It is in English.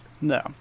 No